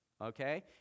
okay